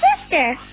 sister